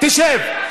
תשב.